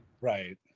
right